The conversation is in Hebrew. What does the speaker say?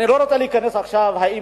אני לא רוצה להיכנס עכשיו לנושא,